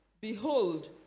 Behold